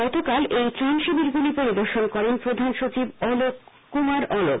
গতকাল এই ত্রাণ শিবিরগুলি পরিদর্শন করেন প্রধান সচিব কুমার অলক